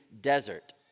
desert